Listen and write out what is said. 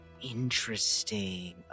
Interesting